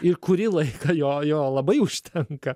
ir kurį laiką jo jo labai užtenka